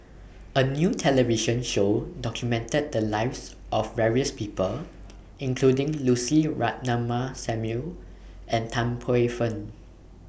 A New television Show documented The Lives of various People including Lucy Ratnammah Samuel and Tan Paey Fern